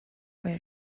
where